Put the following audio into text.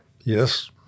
Yes